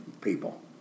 people